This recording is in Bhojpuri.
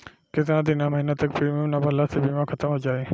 केतना दिन या महीना तक प्रीमियम ना भरला से बीमा ख़तम हो जायी?